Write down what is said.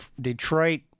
Detroit